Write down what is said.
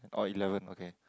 oh eleven okay